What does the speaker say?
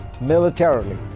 militarily